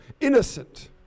innocent